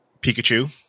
Pikachu